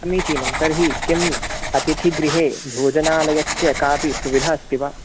समीचीनं तर्हि किम् अतिथिगृहे भोजनालयस्य कापि सुविधा अस्ति वा